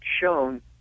shown